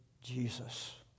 Jesus